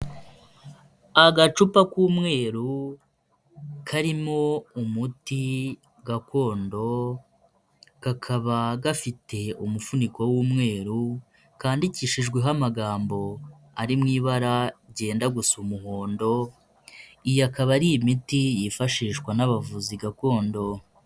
Agacupa k'umweru karimo umuti gakondo kakaba gafite umufuniko w'umweru, kandidikishijweho amagambo ari mu ibara ryenda gusa umuhondo iyi akaba ari imiti yifashishwa n'abavuzi gakondo.